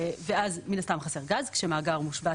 ואז, מן הסתם חסר גז כשמאגר מושבת